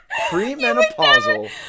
Premenopausal